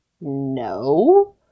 no